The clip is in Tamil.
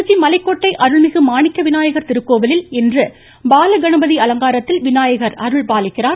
திருச்சி மலைக்கோட்டை அருள்மிகு மாணிக்கவிநாயகர் திருக்கோவிலில் இன்று பாலகணபதி அலங்காரத்தில் விநாயகர் அருள்பாலிக்கிறார்